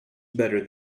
better